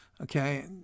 Okay